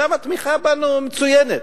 שם התמיכה בנו מצוינת.